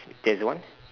there's one